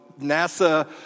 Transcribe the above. NASA